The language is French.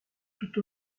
toute